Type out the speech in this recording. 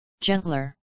gentler